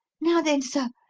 now then, sir,